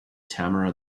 tamara